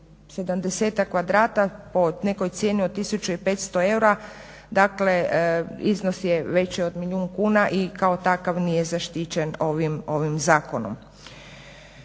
kvadrata po nekoj cijeni od 1500 eura, dakle iznos je veći od milijun kuna i kao takav nije zaštićen ovim zakonom.